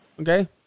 Okay